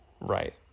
right